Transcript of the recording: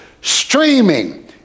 streaming